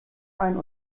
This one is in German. ein